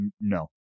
No